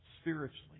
spiritually